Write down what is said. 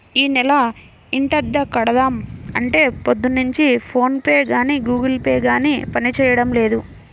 యీ నెల ఇంటద్దె కడదాం అంటే పొద్దున్నుంచి ఫోన్ పే గానీ గుగుల్ పే గానీ పనిజేయడం లేదు